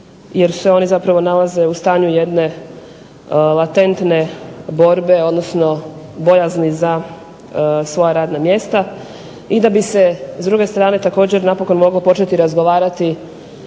jer se oni zapravo nalaze u stanju jedne latentne borbe, odnosno bojazni za svoja radna mjesta i da bi se s druge strane napokon moglo početi razgovarati